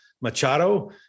Machado